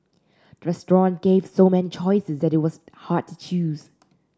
restaurant gave so many choices that it was hard to choose